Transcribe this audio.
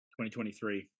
2023